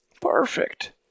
Perfect